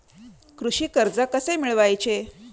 कृषी कर्ज कसे मिळवायचे?